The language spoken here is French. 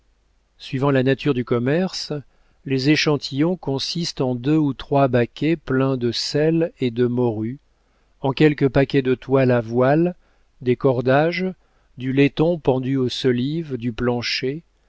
suivant la nature du commerce les échantillons consistent en deux ou trois baquets pleins de sel et de morue en quelques paquets de toile à voile des cordages du laiton pendu aux solives du plancher